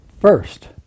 first